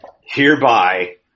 Hereby